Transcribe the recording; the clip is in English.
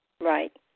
Right